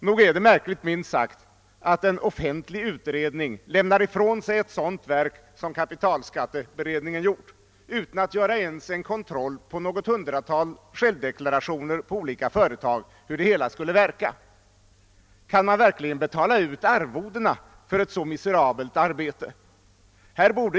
Nog är det märkligt, minst sagt, att en offentlig utredning lämnar ifrån sig ett sådant verk som det som kapitalskatteberedningen presterat utan att ens göra någon kontroll av dess verkningar med hjälp av självdeklarationerna för något hundratal företag. Kan man verkligen betala ut arvodena för ett så miserabelt arbete?